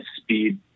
speed